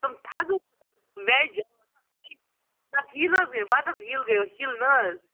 تٕم تھزٕ ویٚج نہ ہیٖل حظ گٔے بدل ہیٖل گٔے ہیٖل نہٕ حظ